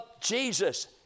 Jesus